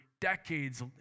decades